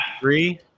Three